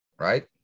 Right